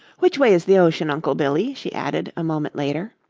which way is the ocean, uncle billy? she added, a moment later.